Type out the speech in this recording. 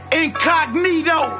incognito